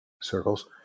circles